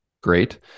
great